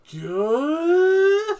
good